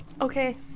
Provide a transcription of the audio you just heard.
Okay